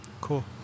Cool